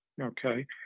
Okay